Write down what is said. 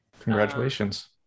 Congratulations